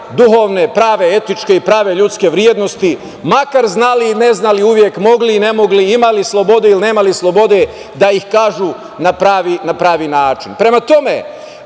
duhovne, etičke i prave ljudske vrednosti, makar znali i ne znali, uvek mogli i ne mogli, imali slobode ili nemali slobode, da ih kažu na pravi način. Prema tome,